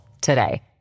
today